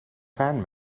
fan